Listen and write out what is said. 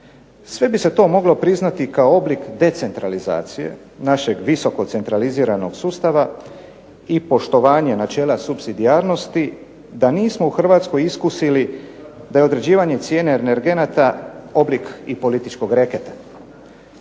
Sve bi se to moglo priznati kao oblik decentralizacije našeg visokocentraliziranog sustava i poštovanja načela supsidijarnosti da nismo u HRvatskoj iskusili da je određivanje cijene energenata oblik i političkog reketa.